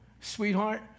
Sweetheart